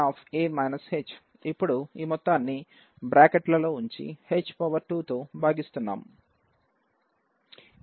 ఇప్పుడు ఈ మొత్తాన్ని బ్రాకెట్లలో ఉంచి h2 తో భాగిస్తున్నాం